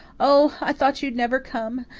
oh, i thought you'd never come!